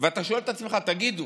ואתה שואל את עצמך: תגיד,